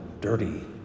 dirty